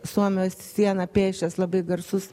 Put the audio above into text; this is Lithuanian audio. suomijos sieną pėsčias labai garsus